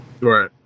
right